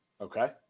Okay